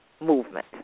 movement